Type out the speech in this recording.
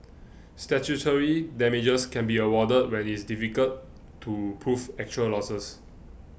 statutory damages can be awarded when it is difficult to prove actual losses